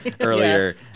earlier